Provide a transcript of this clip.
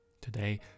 Today